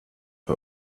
her